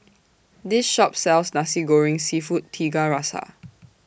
This Shop sells Nasi Goreng Seafood Tiga Rasa